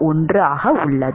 91 ஆக உள்ளது